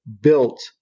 built